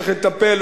צריך לטפל,